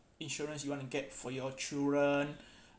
insurance you want to get for your children